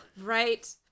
Right